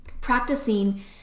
Practicing